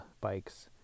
bikes